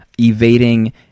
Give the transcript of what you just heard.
Evading